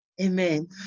Amen